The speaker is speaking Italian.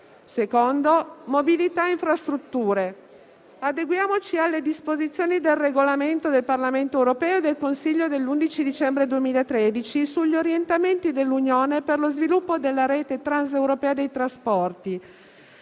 della mobilità e delle infrastrutture. Adeguiamoci alle disposizioni del regolamento del Parlamento europeo e del Consiglio dell'11 dicembre 2013 sugli orientamenti dell'Unione per lo sviluppo della rete transeuropea dei trasporti;